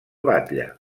batlle